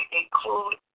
include